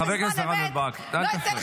חבר הכנסת רם בן ברק, אל תפריע.